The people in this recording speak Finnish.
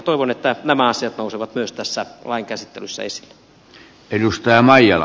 toivon että nämä asiat nousevat myös tässä lain käsittelyssä esille